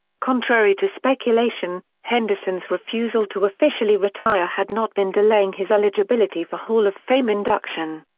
contrary to speculation, henderson's refusal to officially retire had not been delaying his eligibility for hall of fame induction.